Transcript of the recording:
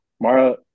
Mara